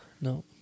No